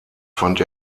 fand